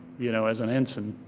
you know as an ensign,